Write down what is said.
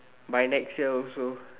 by next year also